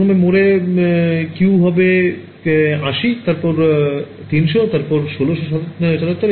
প্রথম মোডে Q হবে ৮০ এরপর ৩০০ আর তারপর ১৬৭৭